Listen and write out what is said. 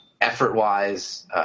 effort-wise